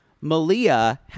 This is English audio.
Malia